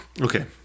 Okay